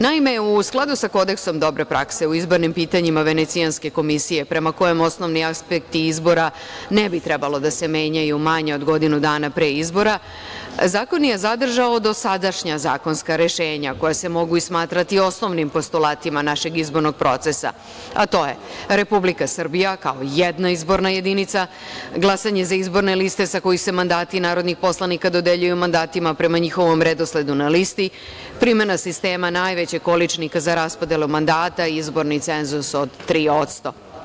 Naime, u skladu sa Kodeksom dobre prakse u izbornim pitanjima Venecijanske komisije, prema kojem osnovni aspekti izbora ne bi trebalo da se menjaju manje od godinu dana pre izbora, zakon je zadržao dosadašnja zakonska rešenja koja se mogu i smatrati osnovnim postulatima našeg izbornog procesa, a to je: Republika Srbija kao jedna izborna jedinica, glasanje za izborne liste sa kojih se mandati narodnih poslanika dodeljuju mandatima prema njihovom redosledu na listi, primena sistema najvećeg količnika za raspodelu mandata i izborni cenzus od 3%